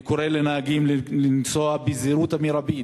אני קורא לנהגים לנסוע בזהירות המרבית